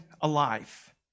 alive